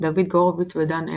דוד גורביץ' ודן ערב,